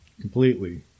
Completely